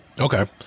okay